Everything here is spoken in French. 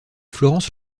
florence